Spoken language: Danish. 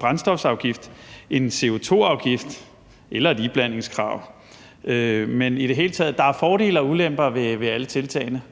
brændstofafgift, en CO2-afgift eller et iblandingskrav«. I det hele taget kan man sige, at der er fordele og ulemper ved alle tiltagene.